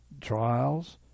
trials